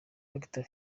victor